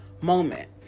moment